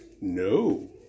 No